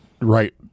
Right